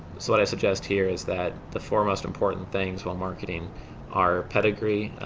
so what i suggest here is that the four most important things on marketing are pedigree,